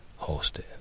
hosted